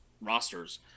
rosters